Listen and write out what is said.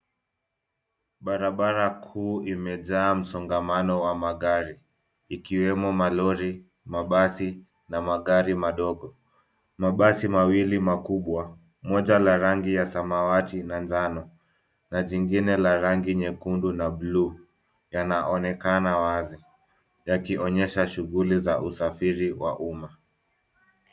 Barabara kuu ime jaa msongamano wa magari ikiwemo malori, mabasi na magari madogo. Mabasi mawili makubwa moja la rangi ya samawati na njano na jingine la rangi nyekundu na bluu yanaonekana wazi yakionyesha shughuli za usafiri wa umma.